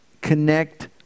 Connect